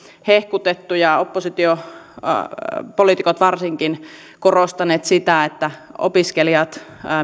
hehkutettu ja oppositiopoliitikot varsinkin ovat korostaneet sitä että opiskelijat